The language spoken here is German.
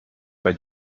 bei